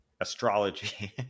astrology